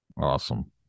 Awesome